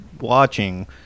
watching